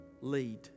lead